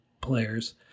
players